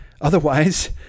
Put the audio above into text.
otherwise